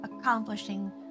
accomplishing